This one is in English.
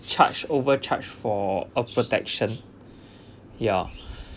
charged overcharged for a protection ya